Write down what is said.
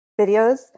videos